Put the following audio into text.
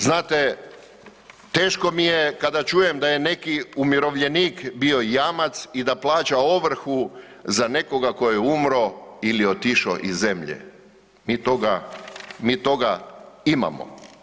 Znate teško mi je kada čujem da je neki umirovljen bio jamac i da plaća ovrhu za nekoga tko je umro ili otišao iz zemlje, mi toga, mi toga imamo.